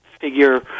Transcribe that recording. figure